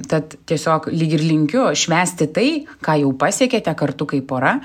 tad tiesiog lyg ir linkiu švęsti tai ką jau pasiekėte kartu kaip pora